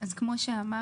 אז כמו שאמרתי,